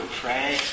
pray